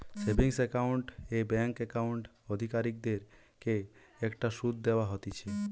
savings account এ bank account অধিকারীদের কে একটা শুধ দেওয়া হতিছে